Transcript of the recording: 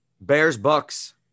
Bears-Bucks